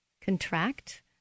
contract